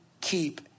Keep